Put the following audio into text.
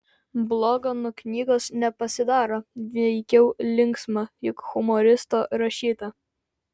bloga nuo knygos nepasidaro veikiau linksma juk humoristo rašyta